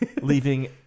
leaving